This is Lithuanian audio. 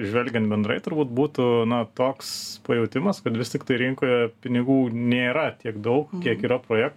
žvelgiant bendrai turbūt būtų na toks pajautimas kad vis tiktai rinkoje pinigų nėra tiek daug kiek yra prijektų